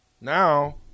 Now